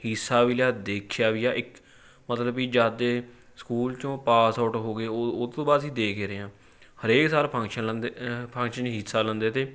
ਹਿੱਸਾ ਵੀ ਲਿਆ ਦੇਖਿਆ ਵੀ ਆ ਇੱਕ ਮਤਲਬ ਕਿ ਜਦ ਦੇ ਸਕੂਲ 'ਚੋਂ ਪਾਸ ਆਊਟ ਹੋ ਗਏ ਉਹ ਉਹ ਤੋਂ ਬਾਅਦ ਅਸੀਂ ਦੇਖ ਰਹੇ ਹਾਂ ਹਰੇਕ ਸਾਲ ਫੰਕਸ਼ਨ ਲੈਂਦੇ ਫੰਕਸ਼ਨ 'ਚ ਹਿੱਸਾ ਲੈਂਦੇ ਤੇ